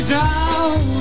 down